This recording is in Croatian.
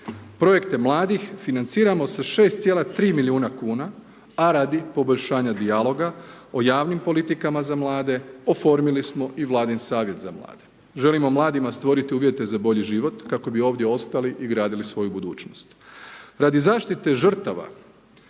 Projekte mladih financiramo sa 6,3 milijuna kuna a radi poboljšanja dijaloga o javnim politikama za mlade oformili smo i Vladin Savjet za mlade. Želimo mladima stvoriti uvjete za bolji život kako bi ovdje ostali i gradili svoju budućnost. Radi zaštite žrtava